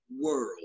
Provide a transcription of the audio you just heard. world